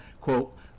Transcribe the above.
quote